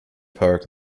park